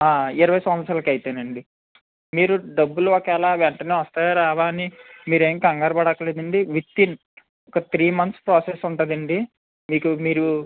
ఇరవై సంవత్సరాలకి అయితేనండి మీరు డబ్బులు ఒకేళ వెంటనే వస్తాయా రావా అని మీరేం కంగారు పడనక్కర లేదండి విత్ఇన్ ఒక త్రీ మంత్స్ ప్రాసెస్ ఉంటుంది అండి మీకు మీరు